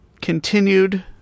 continued